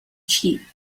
cheek